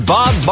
Bob